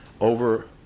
over